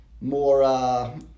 more